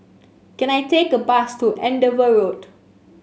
can I take a bus to Andover Road